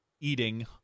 eating